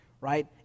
right